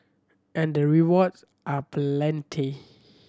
and the rewards are plenty